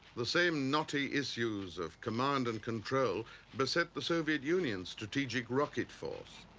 the same knotty issues of command and control beset the soviet union's strategic rocket force.